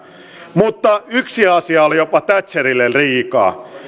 mutta yksi asia oli jopa thatcherille liikaa